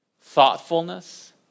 thoughtfulness